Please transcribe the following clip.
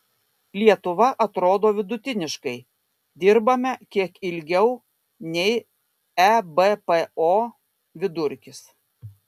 lietuva atrodo vidutiniškai dirbame kiek ilgiau nei ebpo vidurkis